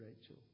Rachel